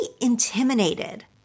intimidated